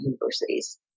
universities